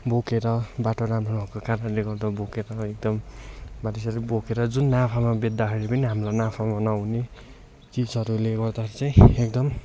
बोकेर बाटो राम्रो नभएको कारणले गर्दा बोकेर एकदम बाटोसाटो बोकेर जुन नाफामा बेच्दाखेरि पनि हामीलाई नाफा नहुने चिजहरूले गर्दाखेरि चाहिँ एकदम